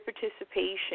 participation